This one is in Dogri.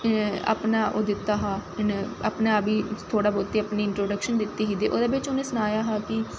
अपना ओह् दित्ता हा अपने आप गी थोह्ड़ी बौह्त इंट्रोडक्शन दित्ती ही ते ओह्दै बिच्च उ'नें सनाया हा कि